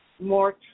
more